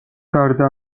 გარდა